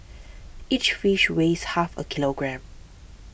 each fish weighs half a kilogram